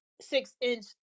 six-inch